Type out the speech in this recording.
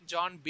John